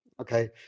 okay